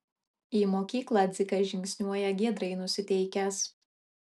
į mokyklą dzikas žingsniuoja giedrai nusiteikęs